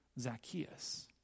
Zacchaeus